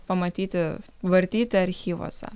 pamatyti vartyti archyvuose